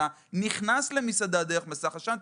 אתה נכנס למסעדה דרך מסך עשן.